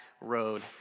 road